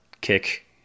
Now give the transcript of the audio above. kick